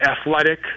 Athletic